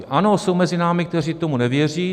Ano, jsou mezi námi , kteří tomu nevěří.